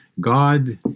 God